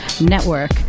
Network